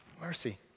Mercy